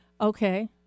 Okay